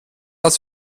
dass